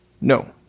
No